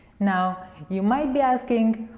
now you might be asking,